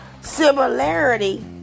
similarity